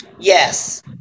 yes